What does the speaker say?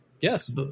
yes